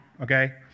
okay